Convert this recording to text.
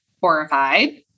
horrified